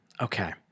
Okay